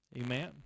Amen